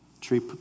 tree